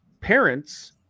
parents